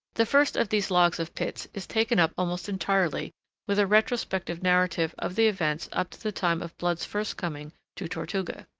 the first of these logs of pitt's is taken up almost entirely with a retrospective narrative of the events up to the time of blood's first coming to tortuga.